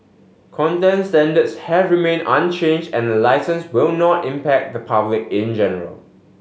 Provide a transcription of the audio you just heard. content standards have remain unchange and the licences will not impact the public in general